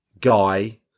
guy